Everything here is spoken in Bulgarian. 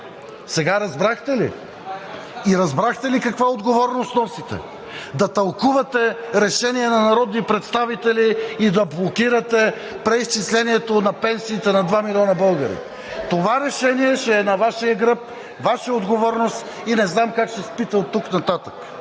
Сега разбрахте ли? И разбрахте ли каква отговорност носите? Да тълкувате решения на народни представители и да блокирате преизчислението на пенсиите на два милиона българи?! Това решение ще е на Вашия гръб, Ваша отговорност и не знам как ще спите оттук нататък.